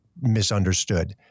misunderstood